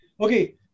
Okay